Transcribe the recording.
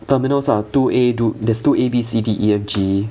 terminals ah two A dude there's two A B C D E F G